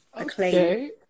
Okay